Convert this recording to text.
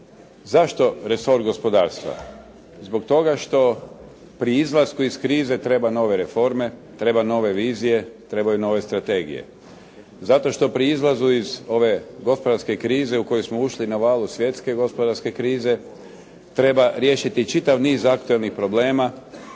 Zašto resor gospodarstva? Zbog toga što pri izlasku iz krize treba nove reforme, treba nove vizije, trebaju nove strategije. Zato što pri izlazu iz ove gospodarske krize u koju smo ušli na valu svjetske gospodarske krize treba riješiti čitav niz aktualnih problema.